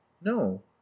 no